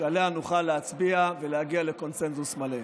שעליה נוכל להצביע ולהגיע לקונצנזוס מלא.